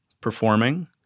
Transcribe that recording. performing